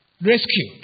rescued